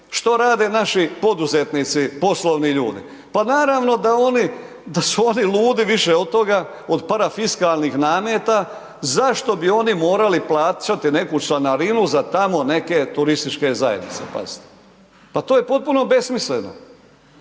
što rade naši poduzetnici, poslovni ljudi? Pa naravno da oni, da su oni ludi više od toga, od parafiskalnih nameta, zašto bi oni morali plaćati neku članarinu za tamo neke turističke zajednice, pazite, pa to je potpuno besmisleno.